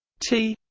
t